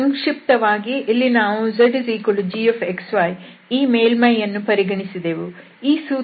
ಸಂಕ್ಷಿಪ್ತವಾಗಿ ಇಲ್ಲಿ ನಾವು zgxy ಈ ಮೇಲ್ಮೈಯನ್ನು ಪರಿಗಣಿಸಿದೆವು